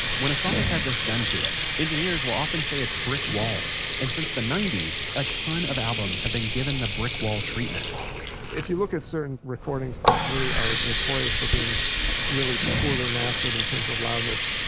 when a song has had this done to it, engineers will say it's been brick walled. and since the ninety s, a ton of albums have been given the brickwall treatment if you look at certain recordings that really are notorious for being really poorly mastered in terms of loudness,